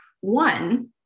one